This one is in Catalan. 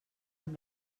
amb